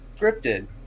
Scripted